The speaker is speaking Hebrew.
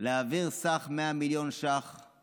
להעביר סך 100 מיליון שקלים